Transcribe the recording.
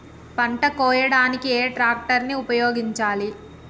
పంట కోయడానికి ఏ ట్రాక్టర్ ని ఉపయోగించాలి?